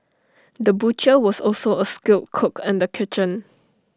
the butcher was also A skilled cook in the kitchen